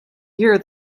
year